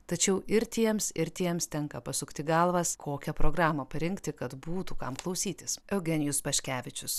tačiau ir tiems ir tiems tenka pasukti galvas kokią programą parinkti kad būtų kam klausytis eugenijus paškevičius